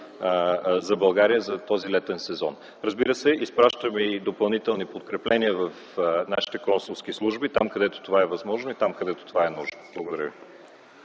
за България за този летен сезон. Разбира се, изпращаме и допълнителни подкрепления в нашите консулски служби – там, където това е възможно и където това е нужно. Благодаря ви.